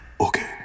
Okay